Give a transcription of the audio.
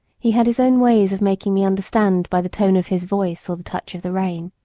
he had his own ways of making me understand by the tone of his voice or the touch of the rein.